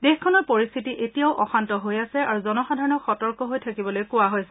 দেশখনৰ পৰিস্থিতি এতিয়াও অশান্ত হৈ আছে আৰু জনসাধাৰণক সতৰ্ক হৈ থাকিবলৈ কোৱা হৈছে